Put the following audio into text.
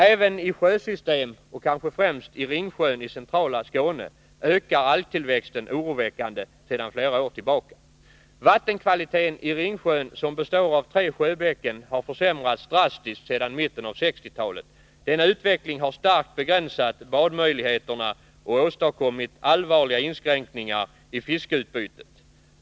Även i sjösystem och kanske främst i Ringsjön i centrala Skåne ökar algtillväxten oroväckande sedan flera år tillbaka. Vattenkvaliteten i Ringsjön, som består av tre sjöbäcken, har försämrats drastiskt sedan mitten av 1960-talet. Denna utveckling har starkt begränsat badmöjligheterna och åstadkommit allvarliga inskränkningar i fiskeutbytet.